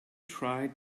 try